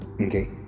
Okay